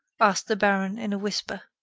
asked the baron, in a whisper.